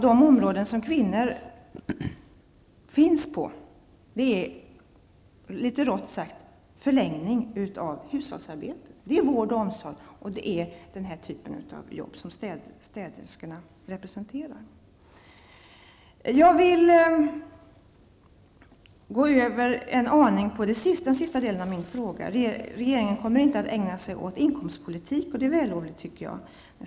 De områden som kvinnor finns på är -- litet rått sagt -- förlängningen av hushållsarbetet. Det gäller vård och omsorg och den typ av jobb som städerskorna representerar. Jag vill gå över till den sista delen av min fråga. Socialministern säger att regeringen inte kommer att ägna sig åt inkomstpolitik, och det är vällovligt, tycker jag.